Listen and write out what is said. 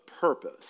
Purpose